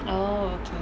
oh okay